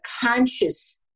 conscious